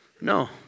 no